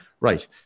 right